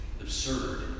Absurd